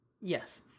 Yes